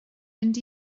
mynd